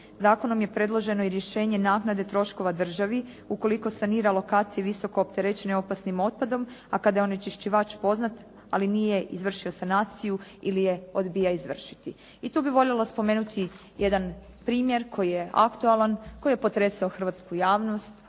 Zakonom je predloženo i rješenje naknade troškova državi ukoliko sanira lokacije visoko opterećene opasnim otpadom, a kada je onečišćivač poznat ali nije izvršio sanaciju ili je odbija izvršiti. I tu bih voljela spomenuti jedan primjer koji je aktualan, koji je potresao hrvatsku javnost